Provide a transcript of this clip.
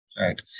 right